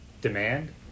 demand